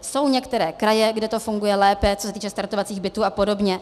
Jsou některé kraje, kde to funguje lépe, co se týče startovacích bytů a podobně.